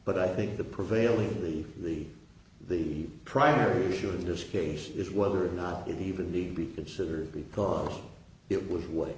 but i think the prevailing the the the primary issue in this case is whether or not even need be considered because it was a way